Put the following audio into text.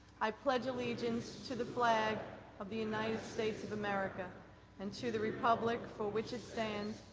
i pledge allegiance to the flag of the united states of america and to the republic for which it stands,